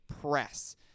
Press